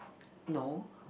no